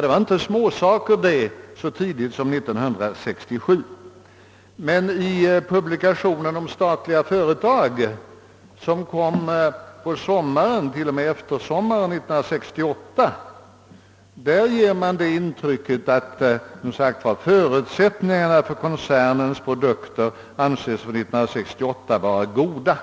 Det var inte små saker det, så tidigt som 1967. I publikationen »Statliga företag», som kom eftersommaren 1968, gav man däremot som sagt den uppgiften, att förutsättningarna för koncernens produkter för 1968 ansågs goda.